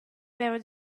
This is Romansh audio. veva